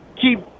keep